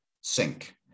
sink